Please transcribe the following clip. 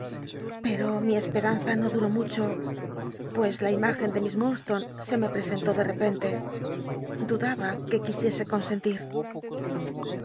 pero mi esperanza no duró mucho pues la imágen de miss l'iurdstone se me presentó de repente dudaba que quisiese consenlir